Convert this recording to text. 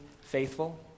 faithful